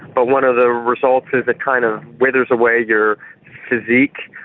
but one of the results is it kind of withers away your physique.